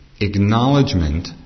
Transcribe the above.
Acknowledgement